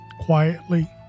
quietly